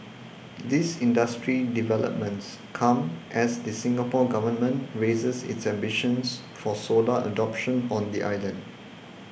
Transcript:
these industry developments come as the Singapore Government raises its ambitions for solar adoption on the island